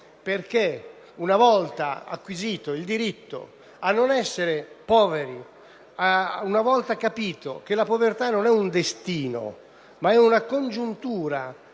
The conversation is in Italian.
perché una volta acquisito il diritto a non essere poveri, una volta compreso che la povertà non è un destino ma una congiuntura